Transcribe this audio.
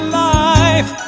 life